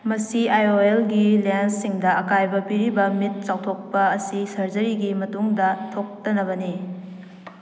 ꯃꯁꯤ I O ꯑꯦꯜꯒꯤ ꯂꯦꯟꯁꯁꯤꯡꯗ ꯑꯀꯥꯏꯕ ꯄꯤꯔꯤꯕ ꯃꯤꯠ ꯆꯥꯎꯊꯣꯛꯄ ꯑꯁꯤ ꯁꯔꯖꯔꯤꯒꯤ ꯃꯇꯨꯡꯗ ꯊꯣꯛꯇꯅꯕꯅꯤ